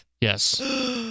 Yes